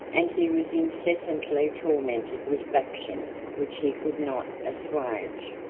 and he was incessantly tormented with factions which he could not assuage,